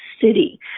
city